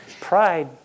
pride